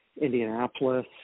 Indianapolis